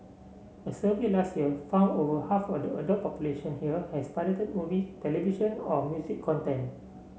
a survey last year found over half of the adult population here has pirated movie television or music content